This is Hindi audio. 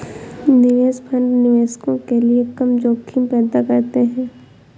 निवेश फंड निवेशकों के लिए कम जोखिम पैदा करते हैं